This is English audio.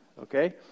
okay